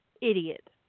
Idiot